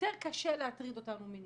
יותר קשה להטריד אותנו מינית.